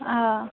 অ